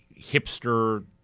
hipster